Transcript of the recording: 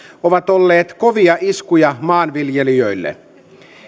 ovat olleet kovia iskuja maanviljelijöille